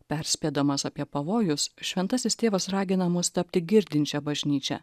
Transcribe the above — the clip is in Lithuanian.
perspėdamas apie pavojus šventasis tėvas ragina mus tapti girdinčia bažnyčia